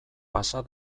pasa